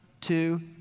two